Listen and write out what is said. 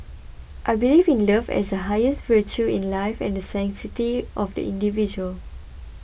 I believe in love as the highest virtue in life and the sanctity of the individual